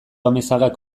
amezagak